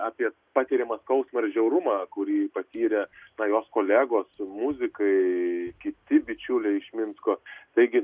apie patiriamą skausmą ir žiaurumą kurį patyrė na jos kolegos muzikai kiti bičiuliai iš minsko taigi